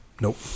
Nope